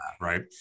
right